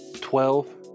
twelve